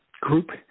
group